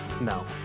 No